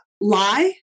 lie